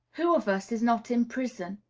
who of us is not in prison?